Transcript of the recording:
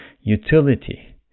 utility